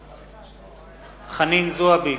אינו נוכח חנין זועבי,